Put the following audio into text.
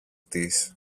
της